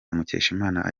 mukeshimana